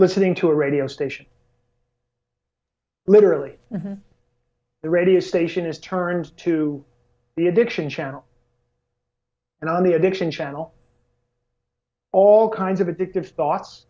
listening to a radio station literally the radio station is turned to the addiction channel and on the addiction channel all kinds of addictive